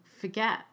forget